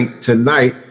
tonight